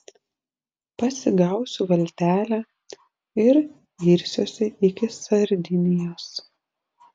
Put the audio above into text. pasigausiu valtelę ir irsiuosi iki sardinijos